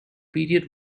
period